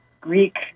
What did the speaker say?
Greek